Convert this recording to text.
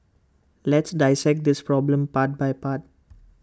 let's dissect this problem part by part